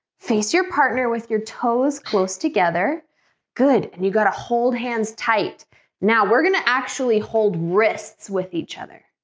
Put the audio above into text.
face your partner with your toes close together good and you got to hold hands tight now we're gonna actually hold wrists with each other.